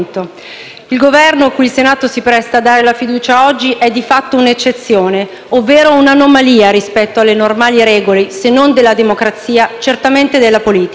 Il Governo cui il Senato si appresta a dare la fiducia oggi è di fatto un'eccezione, ovvero un'anomalia rispetto alle normali regole, se non della democrazia, certamente della politica.